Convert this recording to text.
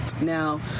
Now